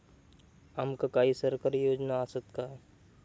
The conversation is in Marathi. आमका काही सरकारी योजना आसत काय?